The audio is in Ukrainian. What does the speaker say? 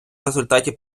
результаті